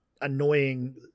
annoying